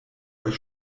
euch